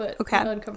Okay